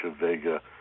Vega